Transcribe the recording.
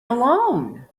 alone